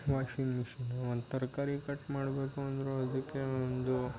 washing machine ಒಂದು ತರಕಾರಿ cut ಮಾಡಬೇಕು ಅಂದರೂ ಅದಕ್ಕೆ ಒಂದು